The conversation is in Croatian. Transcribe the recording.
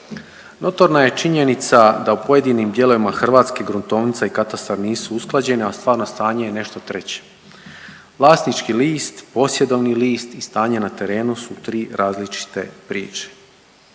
Notorna je činjenica da u pojedinim dijelovima Hrvatske gruntovnica i katastar nisu usklađeni, a stvarno stanje je nešto treće. Vlasnički list, posjedovni list i stanje na terenu su tri različite priče.